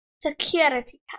Security